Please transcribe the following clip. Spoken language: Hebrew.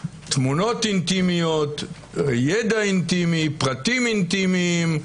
תמונות אינטימיות, ידע אינטימי, פרטים אינטימיים.